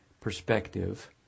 perspective